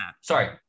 Sorry